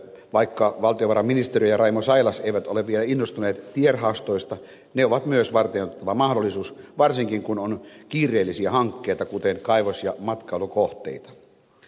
vaikka valtiovarainministeriö ja raimo sailas eivät ole vielä innostuneet tierahastoista ne ovat myös varteenotettava mahdollisuus varsinkin kun on kiireellisiä hankkeita kuten kaivos ja matkailukohteita